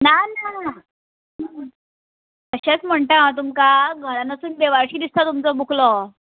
ना ना बेश्टेंच म्हणटा हांव तुमकां घरान आसून बेवारशी दिसता तुमचो बुकलो